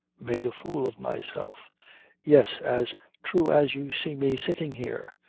made a fool of myself yes, as true as you see me sitting here.